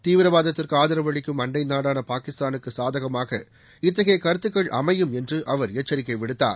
தீவிரவாதத்திற்கு ஆதரவு அளிக்கும் அண்டை நாடான பாகிஸ்தானுக்கு சாதகமாக இத்தகைய கருத்துக்கள் அமையும் என்று அவர் எச்சரிக்கை விடுத்தார்